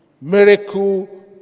Miracle